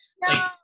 No